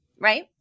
Right